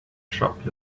shop